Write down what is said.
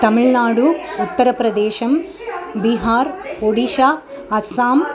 तमिळ्नाडुः उत्तरप्रदेशः बिहारः ओडिशा आसाम्